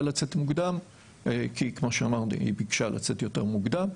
לצאת מוקדם כי כמו שאמרתי היא ביקשה לצאת מוקדם.